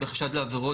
בחשד לעבירות,